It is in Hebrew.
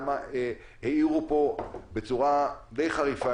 העירו פה בצורה די חריפה,